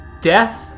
death